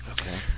Okay